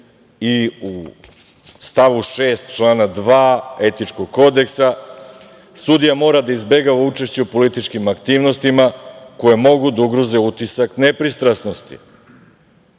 i u stavu 6. člana 2. Etičkog kodeksa – sudija mora da izbegava učešće u političkim aktivnostima koje mogu da ugroze utisak nepristrasnosti.